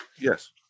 Yes